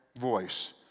voice